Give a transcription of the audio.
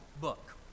book